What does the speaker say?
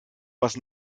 was